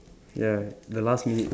ya the last minute